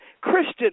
Christian